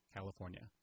California